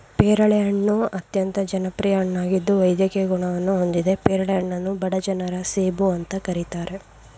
ಪೇರಳೆ ಹಣ್ಣು ಅತ್ಯಂತ ಜನಪ್ರಿಯ ಹಣ್ಣಾಗಿದ್ದು ವೈದ್ಯಕೀಯ ಗುಣವನ್ನು ಹೊಂದಿದೆ ಪೇರಳೆ ಹಣ್ಣನ್ನು ಬಡ ಜನರ ಸೇಬು ಅಂತ ಕರೀತಾರೆ